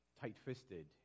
tight-fisted